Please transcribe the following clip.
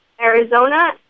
Arizona